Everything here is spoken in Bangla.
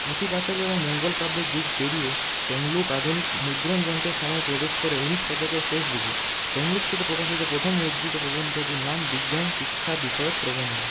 পুঁথিপাঁচালী এবং মঙ্গলকাব্যের যুগ পেরিয়ে তমলুক আধুনিক মুদ্রণ যন্ত্রের সময় প্রবেশ করে উনিশ শতকের শেষ দিকে তমলুক থেকে প্রকাশিত প্রথম মুদ্রিত প্রবন্ধটির নাম বিজ্ঞান শিক্ষা বিষয়ক প্রবন্ধ